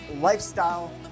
Lifestyle